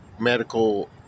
medical